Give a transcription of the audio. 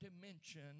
dimension